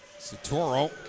Satoro